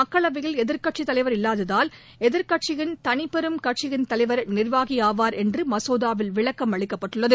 மக்களவையில் எதிர்க்கட்சித் தலைவர் இல்லாததால் எதிர்க்கட்சியின் தனிப்பெரும் கட்சியின் தலைவர் நிர்வாகி ஆவார் என்று மசோதாவில் விளக்கம் அளிக்கப்பட்டுள்ளது